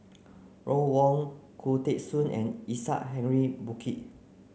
Ron Wong Khoo Teng Soon and Isaac Henry Burkill